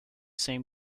same